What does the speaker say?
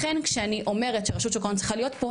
לכן כשאני אומר שרשות שוק ההון צריכה להיות פה,